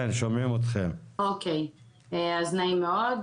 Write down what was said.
נעים מאוד,